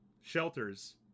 shelters